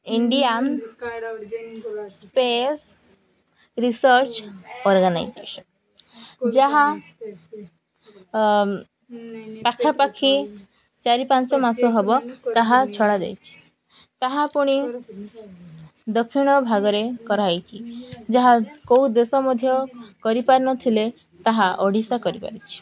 Indian space research organisation ଯାହା ପାଖାପାଖି ଚାରି ପାଞ୍ଚ ମାସ ହବ ତାହା ଛଡ଼ା ଦେଇଛିି ତାହା ପୁଣି ଦକ୍ଷିଣ ଭାଗରେ କରାହେଇଛି ଯାହା କେଉଁ ଦେଶ ମଧ୍ୟ କରିପାରି ନ ଥିଲେ ତାହା ଓଡ଼ିଶା କରିପାରିଛି